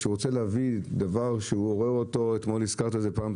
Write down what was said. כשהוא רוצה להביא דבר שהוא רואה אותו אתמול הזכרת את זה פעם,